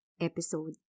episode